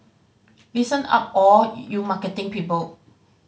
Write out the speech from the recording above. listen up all you marketing people